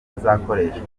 azakoresha